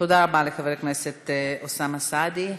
תודה רבה לחבר הכנסת אוסאמה סעדי.